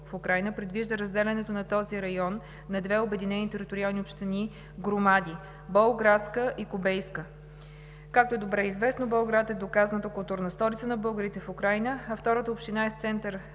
административно-териториална реформа в Украйна предвижда разделянето на този район на две обединени териториални общини/громади – Болградска и Кубейска. Както е добре известно, Болград е доказаната културна столица на българите в Украйна, а втората община е с център село